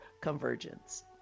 convergence